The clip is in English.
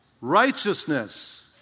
righteousness